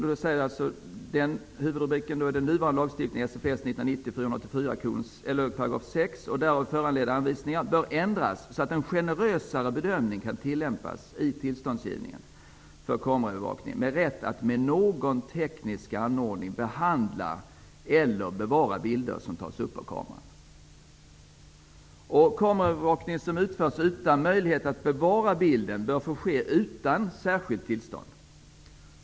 Det sägs under den huvudrubriken -- det gäller alltså den nuvarande lagstiftningen, SFS 1990:484, 6 § och därav föranledda anvisningar -- att lagen bör ändras så att en generösare bedömning kan tillämpas i tillståndsgivningen för kameraövervakning med rätt att med någon teknisk anordning behandla eller bevara bilder som tas upp av kameran. Kameraövervakning som utförts utan möjlighet att bevara bilden bör få ske utan särskilt tillstånd.